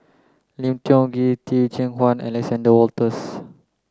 Lim Tiong Ghee Teh Cheang Wan and Alexander Wolters